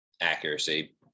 accuracy